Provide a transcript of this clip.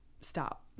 stop